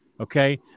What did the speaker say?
Okay